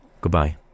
Goodbye